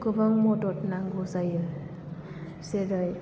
गोबां मदद नांगौ जायो जेरै